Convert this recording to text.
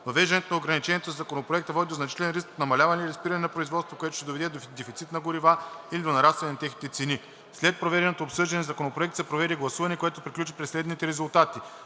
Въвеждането на ограничението със Законопроекта води до значителен риск от намаляване или спиране на производството, което ще доведе до дефицит на горива или до нарастване на техните цени. След проведеното обсъждане на Законопроекта се проведе гласуване, което приключи при следните резултати: